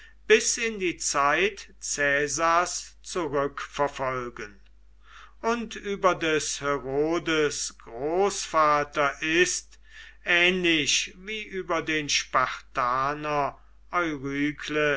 bis in die zeit caesars zurückverfolgen und über des herodes großvater ist ähnlich wie über den spartaner